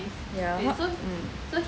ya how mm